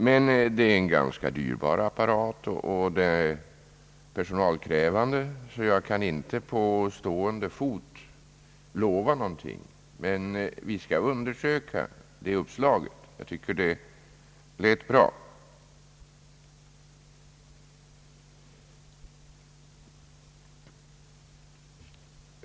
Det är emellertid en ganska dyrbar och personalkrävande apparat, så jag kan inte på stående fot lova någonting, men vi skall undersöka uppslaget. Jag tycker att det lät bra.